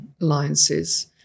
Alliances